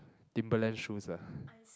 Timberland shoes lah